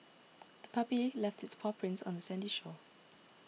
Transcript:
the puppy left its paw prints on the sandy shore